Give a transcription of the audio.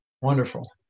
Wonderful